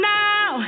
now